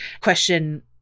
question